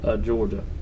Georgia